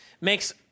makes